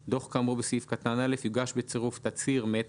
'(ב) דוח כאמור בסעיף קטן (א) יוגש בצירוף תצהיר מאת